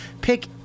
pick